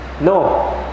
No